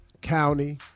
county